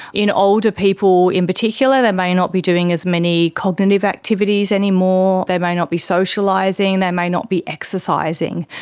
in older people in particular they may not be doing as many cognitive activities anymore, they may not be socialising, they may not be exercising,